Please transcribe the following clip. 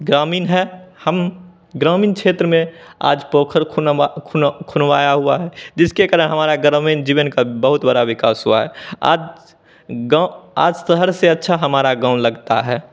ग्रामीण है हम ग्रामीण क्षेत्र में आज पोखर खुनवा खूनवाया हुआ है जिसके कारण हमारा ग्रामीण जीवन का बहुत बड़ा विकास हुआ है आज आज शहर से अच्छा हमारा गाँव लगता है